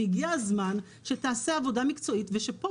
והגיע הזמן שתיעשה עבודה מקצועית ושפה,